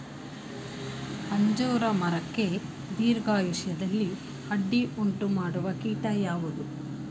ಅಂಜೂರ ಮರಕ್ಕೆ ದೀರ್ಘಾಯುಷ್ಯದಲ್ಲಿ ಅಡ್ಡಿ ಉಂಟು ಮಾಡುವ ಕೀಟ ಯಾವುದು?